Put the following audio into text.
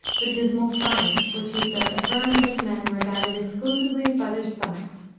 the dismal science, which, he said, affirmed that men were guided exclusively by their stomachs.